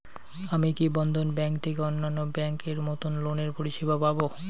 আমি কি বন্ধন ব্যাংক থেকে অন্যান্য ব্যাংক এর মতন লোনের পরিসেবা পাব?